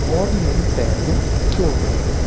और मेरे पैर में चोट लग गई